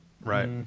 Right